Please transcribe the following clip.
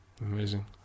Amazing